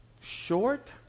Short